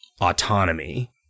autonomy